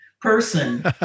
person